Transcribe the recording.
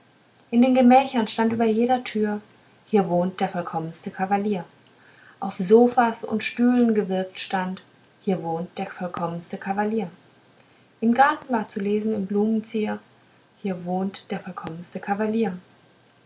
in den gemächern stand über jeder tür hier wohnt der vollkommenste kavalier auf sofas und stühlen gewirkt stand hier wohnt der vollkommenste kavalier im garten war zu lesen in blumenzier hier wohnt der vollkommenste kavalier